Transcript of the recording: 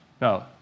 No